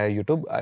YouTube